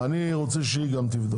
אני רוצה שהיא תבדוק.